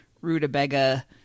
rutabaga